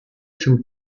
zum